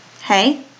hey